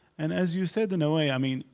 and as you said, in a way, i mean,